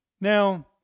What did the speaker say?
Now